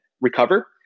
recover